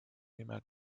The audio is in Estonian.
nime